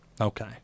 Okay